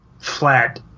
flat